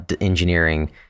engineering